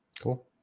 Cool